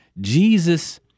Jesus